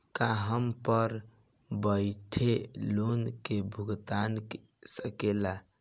का हम घर बईठे लोन के भुगतान के शकेला?